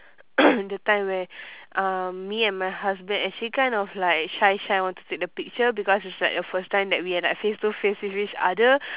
that time where um me and my husband actually kind of like shy shy want to take the picture because it's like the first time that we are like face to face see each other